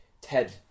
Ted